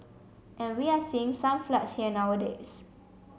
and we are seeing some floods here nowadays